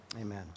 Amen